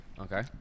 Okay